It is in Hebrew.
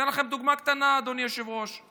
אתן לכם דוגמה קטנה, אדוני היושב-ראש: